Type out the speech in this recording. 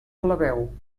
plebeu